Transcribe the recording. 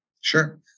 Sure